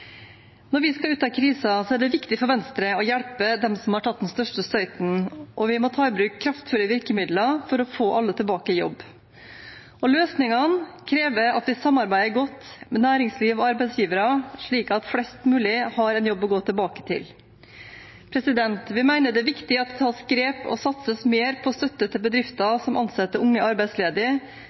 Når vi skal ut av krisen, er det viktig for Venstre å hjelpe dem som har tatt den største støyten, og vi må ta i bruk kraftfulle virkemidler for å få alle tilbake i jobb. Løsningene krever at vi samarbeider godt med næringsliv og arbeidsgivere, slik at flest mulig har en jobb å gå tilbake til. Vi mener det er viktig at det tas grep og satses mer på støtte til bedrifter som ansetter unge arbeidsledige,